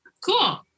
cool